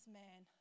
man